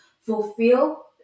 fulfill